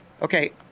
Okay